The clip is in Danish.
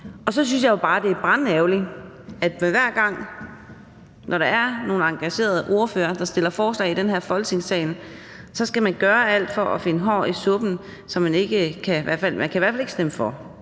Og så synes jeg jo bare, at det er brandærgerligt, at hver gang der er nogle engagerede ordførere, der fremsætter forslag i den her Folketingssal, skal man gøre alt for at finde hår i suppen, så man i hvert fald ikke kan stemme for.